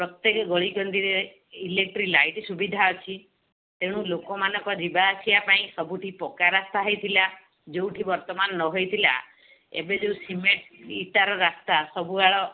ପ୍ରତ୍ୟେକ ଗଳିକନ୍ଦିରେ electric light ସୁବିଧା ଅଛି ତେଣୁ ଲୋକମାନଙ୍କ ଯିବା ଆସିବା ପାଇଁ ସବୁଠି ପକ୍କା ରାସ୍ତା ହେଇଥିଲା ଯେଉଁଠି ବର୍ତ୍ତମାନ ନହେଇଥିଲା ଏବେ ଯେଉଁ ସିମେଣ୍ଟ ଇଟ୍ଟାର ରାସ୍ତା ସବୁଆଡ଼େ